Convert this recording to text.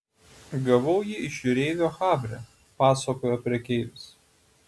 gavau jį iš jūreivio havre pasakojo prekeivis